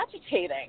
agitating